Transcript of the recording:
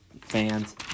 fans